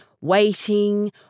waiting